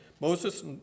Moses